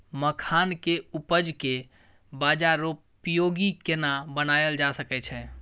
मखान के उपज के बाजारोपयोगी केना बनायल जा सकै छै?